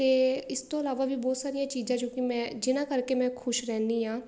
ਅਤੇ ਇਸ ਤੋਂ ਇਲਾਵਾ ਵੀ ਬਹੁਤ ਸਾਰੀਆਂ ਚੀਜ਼ਾਂ ਜੋ ਕਿ ਮੈਂ ਜਿਹਨਾਂ ਕਰਕੇ ਮੈਂ ਖੁਸ਼ ਰਹਿੰਦੀ ਹਾਂ